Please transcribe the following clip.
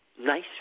nice